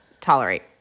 Tolerate